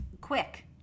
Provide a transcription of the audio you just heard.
quick